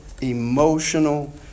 emotional